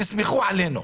תסמכו עלינו.